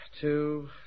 two